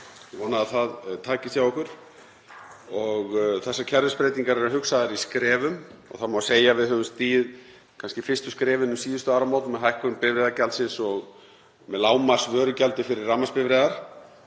Ég vona að það takist hjá okkur. Þessar kerfisbreytingar eru hugsaðar í skrefum. Það má segja að við höfum stigið fyrstu skrefin um síðustu áramót með hækkun bifreiðagjaldsins og lágmarksvörugjaldi fyrir rafmagnsbifreiðar.